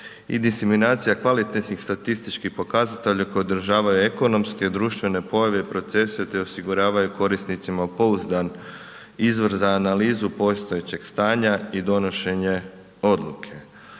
i diseminacija kvalitetnih statističkih pokazatelja koji održavaju ekonomske, društvene pojave i procese te osiguravaju korisnicima pouzdan izvor za analizu postojećeg stanja i donošenje odluke.